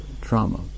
trauma